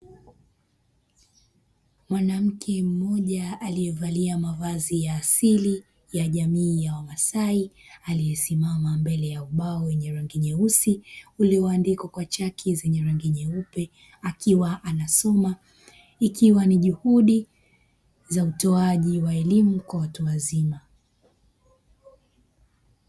Mwanamke mmoja alievalia mavazi ya asili ya jamii ya wamasai aliesimama mbele ya ubao wenye rangi nyeusi ulioandikwa kwa chaki zenye rangi nyeupe akiwa anasoma ikiwa ni juhudi za utoaji wa elimu kwa watu wazima.